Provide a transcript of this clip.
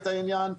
את העניין,